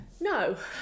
no